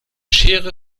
schere